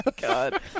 God